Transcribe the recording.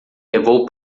levou